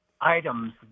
items